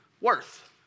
worth